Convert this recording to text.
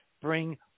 bring